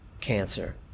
cancer